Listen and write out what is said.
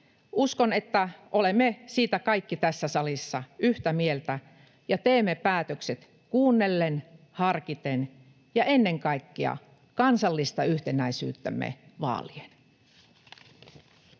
Uskon, että siitä olemme kaikki tässä salissa yhtä mieltä ja teemme päätökset kuunnellen, harkiten ja ennen kaikkea kansallista yhtenäisyyttämme vaalien.